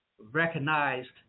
recognized